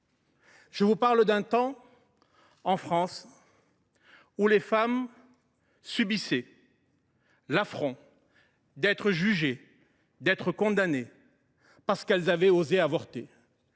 Je vous parle d’un temps où, en France, les femmes subissaient l’affront d’être jugées et condamnées, parce qu’elles avaient osé avorter.